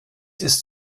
ist